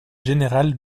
général